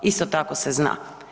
Isto tako se zna.